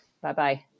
Bye-bye